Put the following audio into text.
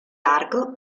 argo